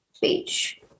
beach